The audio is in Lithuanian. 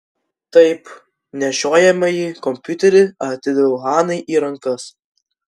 taip nešiojamąjį kompiuterį atidaviau hanai į rankas